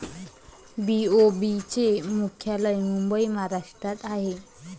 BOB चे मुख्यालय मुंबई महाराष्ट्रात आहे